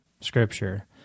Scripture